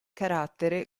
carattere